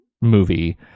movie